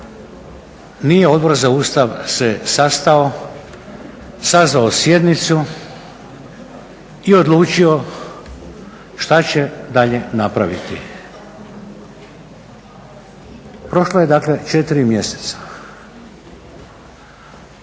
nije Odbor za Ustav se sastao, sazvao sjednicu i odlučio šta će dalje napraviti. Prošlo je dakle 4 mjeseca.